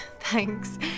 Thanks